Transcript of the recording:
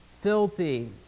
filthy